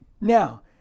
Now